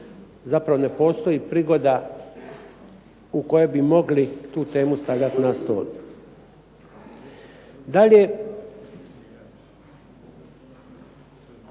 Zapravo ne postoji prigoda u kojoj bi mogli tu temu stavljati na stol. Dalje,